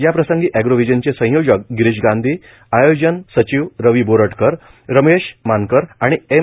याप्रसंगी अॅग्रोव्हिजनचे संयोजक गिरीश गांधी आयोजन सचिव रवी बोरटकर रमेश मानकर आणि एम